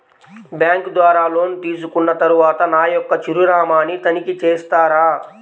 Bank ద్వారా loan తీసుకున్న తరువాత నా యొక్క చిరునామాని తనిఖీ చేస్తారా?